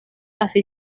así